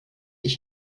ich